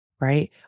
right